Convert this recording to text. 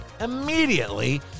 immediately